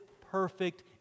perfect